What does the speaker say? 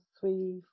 three